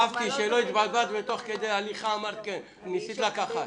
אהבתי שלא התבלבלת ותוך כדי הליכה אמרת כן וניסית לקחת.